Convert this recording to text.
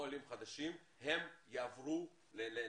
חושב שמעבר ל-להשוות,